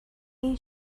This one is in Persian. این